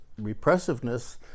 repressiveness